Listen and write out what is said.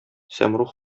сәмруг